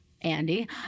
Andy